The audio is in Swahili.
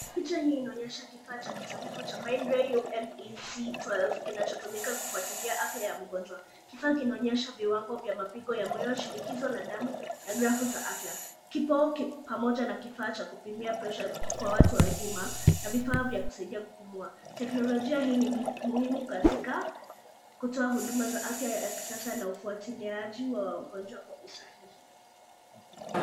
Picha hii inaonyesha kifaa cha kitabibu cha Mindray UMEC[12cs], kinachotumika kufuatilia afya ya mgonjwa. Kifaa kinaonyesha viwango vya mapigo ya moyo, shinikizo la damu na grafu za afya. Kipo pamoja na kifaa cha kupimia pressure kwa watu wazima na vifaa vya kusaidia kupumua. Teknolojia hii ni muhimu katika kutoa huduma za afya ya kisasa na ufuatiliaji wa wagonjwa kwa usahihi.